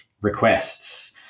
requests